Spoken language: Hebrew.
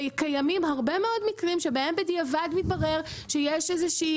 וקיימים הרבה מאוד מקרים שבהם בדיעבד מתברר שיש איזושהי